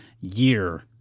year